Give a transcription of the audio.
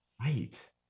Right